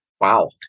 Wow